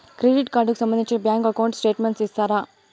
Credit card కు సంబంధించిన bank account statement ఇస్తారా?